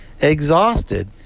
exhausted